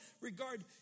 regard